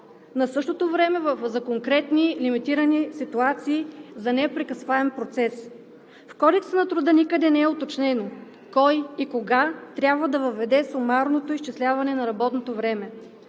в същото време за конкретни лимитирани ситуации за непрекъсваем процес. В Кодекса на труда никъде не е уточнено кой и кога трябва да въведе сумарното изчисляване на работното време.